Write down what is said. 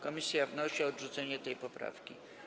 Komisja wnosi o odrzucenie tej poprawki.